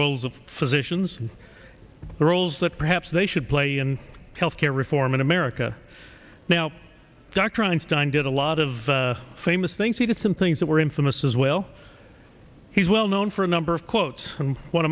roles of physicians the roles that perhaps they should play in health care reform in america now dr einstein did a lot of famous things he did some things that were infamous as well he's well known for a number of quotes and one